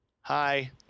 hi